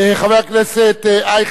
חברי הכנסת אייכלר,